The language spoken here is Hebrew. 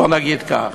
בוא נגיד כך.